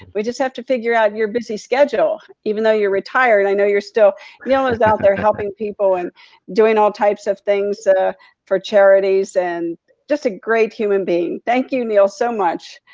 we just have to figure out your busy schedule, even though you're retired i know you're still neal is out there helping people and doing all types of things ah for charities, and just a great human being. thank you, neal, so much.